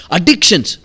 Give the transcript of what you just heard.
Addictions